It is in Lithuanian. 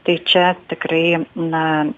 tai čia tikrai na